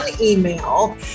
email